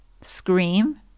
Scream